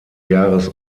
jahres